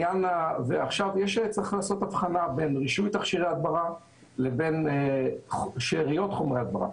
עכשיו צריך לעשות הבחנה בין תכשירי הדברה לבין שאריות חומרי הדברה.